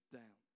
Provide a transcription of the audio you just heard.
down